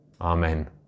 Amen